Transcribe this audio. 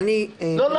לא.